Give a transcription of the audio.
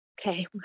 Okay